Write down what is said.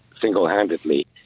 single-handedly